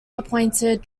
appointed